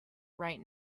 right